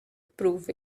prove